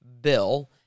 bill